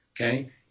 Okay